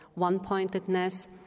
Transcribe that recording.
one-pointedness